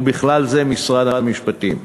ובכלל זה משרד המשפטים.